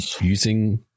using